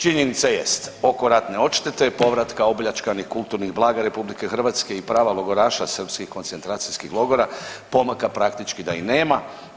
Činjenica jest, oko ratne odštete, povratka opljačkanih kulturnih blaga RH i prava logoraša srpskih koncentracijskih logora, pomaka praktički da i nema.